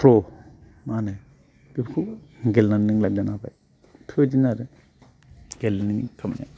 मा होनो बेफोरखौ गेलेनानै नों लाइफ दानो हाबाय बेफोरबायदिनो आरो गेलेनायनि खामानिया